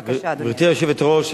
גברתי היושבת-ראש,